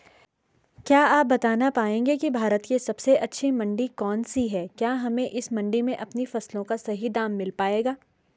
क्या आप बताना पाएंगे कि भारत की सबसे अच्छी मंडी कौन सी है क्या हमें इस मंडी में अपनी फसलों का सही दाम मिल पायेगा?